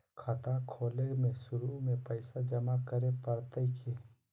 खाता खोले में शुरू में पैसो जमा करे पड़तई की?